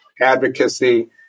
advocacy